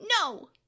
No